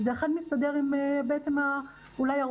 זה אכן מסתדר עם הרוח של